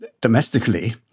domestically